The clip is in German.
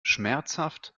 schmerzhaft